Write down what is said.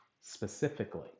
specifically